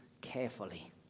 carefully